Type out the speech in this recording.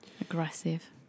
Aggressive